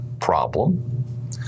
problem